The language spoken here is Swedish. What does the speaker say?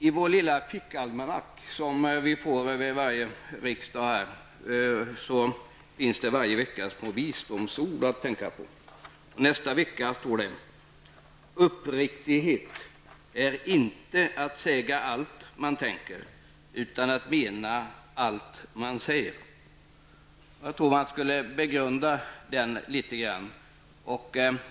I den lilla fickalmanacka som vi får varje år finns varje vecka små visdomsord att tänka på. Nästa vecka står det: Uppriktighet är inte att säga allt man tänker, utan att mena allt man säger. Man borde begrunda detta.